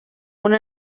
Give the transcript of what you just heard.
una